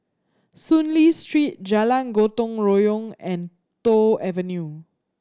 Soon Lee Street Jalan Gotong Royong and Toh Avenue